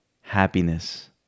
happiness